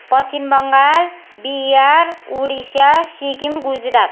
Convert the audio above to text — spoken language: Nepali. पश्चिम बङ्गाल बिहार उडिसा सिक्किम गुजरात